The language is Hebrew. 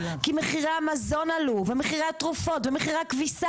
כי מחירי המזון עלו ומחירי התרופות ומחירי הכביסה